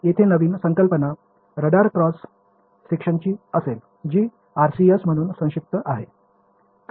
येथे नवीन संकल्पना रडार क्रॉस सेक्शनची असेल जी RCS म्हणून संक्षिप्त आहे